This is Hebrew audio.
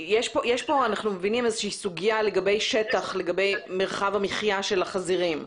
אנחנו מבינים שיש פה סוגיה לגבי שטח ומרחב מחייה של החזירים.